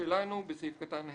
בסעיף קטן (ה),